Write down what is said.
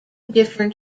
different